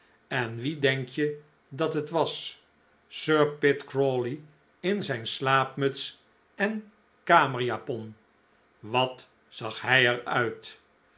en wie denk je dat het was sir pitt crawley in zijn slaapmuts en kamerjapon wat zag hij er uit